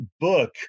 book